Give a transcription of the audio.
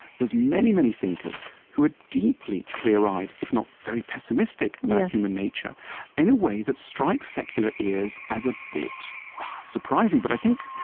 there's many, many thinkers who are deeply clear-eyed, if not very pessimistic, about human nature in a way that strikes secular ears as a bit surprising, but i think,